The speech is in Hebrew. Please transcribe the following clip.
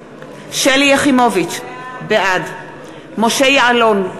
בעד משה יעלון,